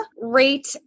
Rate